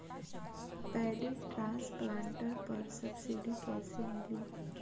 Paddy transplanter पर subsidy कैसे मिली?